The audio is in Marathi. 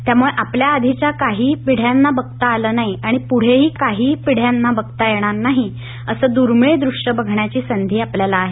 त्यामुळे आपल्या आधीच्या काहीशे पिढ्यांना बघता आलं नाही आणि पुढेही काहीशे पिढ्यांना बघता येणार नाही असं दूर्मिळ द्रष्य बघण्याची संधी आपल्याला आहे